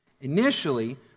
Initially